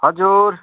हजुर